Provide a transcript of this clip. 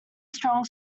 strong